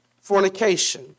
fornication